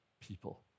people